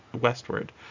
westward